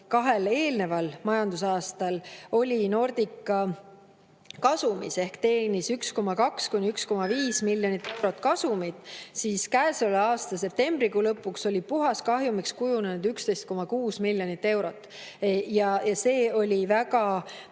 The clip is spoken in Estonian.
kahel eelneval majandusaastal oli Nordica kasumis ehk teenis 1,2–1,5 miljonit eurot kasumit, aga käesoleva aasta septembrikuu lõpuks oli puhaskahjumiks kujunenud 11,6 miljonit eurot. Ja see oli väga